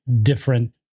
different